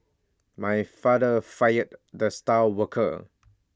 my father fired the star worker